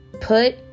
Put